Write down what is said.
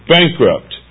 Bankrupt